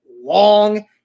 long